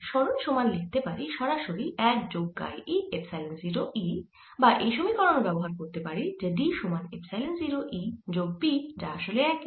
সরণ সমান লিখতে পারি সরাসরি 1 যোগ কাই e এপসাইলন 0 E বা এই সমীকরণ ও ব্যবহার করতে পারি যে D সমান এপসাইলন 0 E যোগ P যা আসলে একই